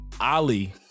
Ali